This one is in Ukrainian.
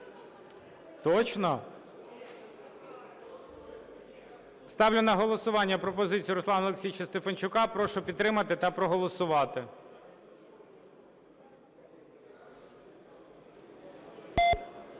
Точно? Ставлю на голосування пропозицію Руслана Олексійовича Стефанчука. Прошу підтримати та проголосувати.